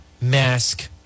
mask